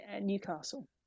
Newcastle